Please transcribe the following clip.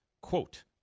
quote